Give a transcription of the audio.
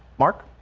mark